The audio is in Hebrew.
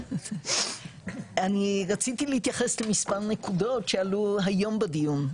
אני רציתי להתייחס למספר נקודות שעלו היום בדיון,